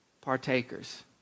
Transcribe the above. partakers